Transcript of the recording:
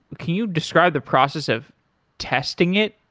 can you describe the process of testing it?